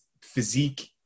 physique